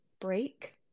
break